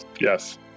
Yes